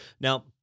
Now